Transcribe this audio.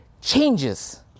changes